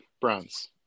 bronze